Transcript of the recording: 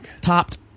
topped